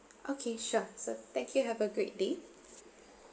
okay sure so thank you have a great day